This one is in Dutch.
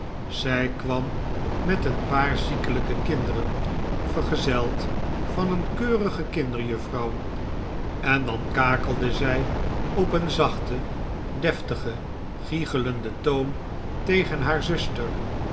zij kwam met een paar ziekelijke kinderen vergezeld van een keurige kinderjuffrouw en dan kakelde zij op een zachten deftigen gichelenden toon tegen haar zuster